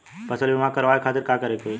फसल बीमा करवाए खातिर का करे के होई?